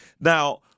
Now